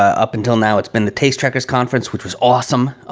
up until now, it's been the taste trekkers conference which is awesome.